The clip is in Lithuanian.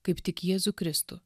kaip tik jėzų kristų